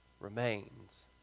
remains